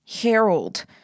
Harold